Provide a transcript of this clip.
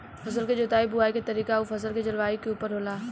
फसल के जोताई बुआई के तरीका उ फसल के जलवायु के उपर होला